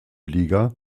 liga